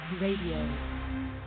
Radio